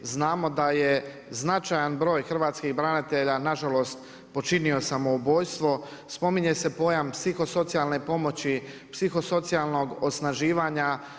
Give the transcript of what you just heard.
Znamo da je značajan broj hrvatskih branitelja nažalost počinio samoubojstvo, spominje se pojam psiho-socijalne pomoći, psiho-socijalnog osnaživanja.